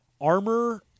armor